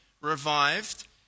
revived